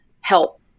help